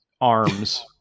arms